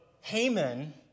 Haman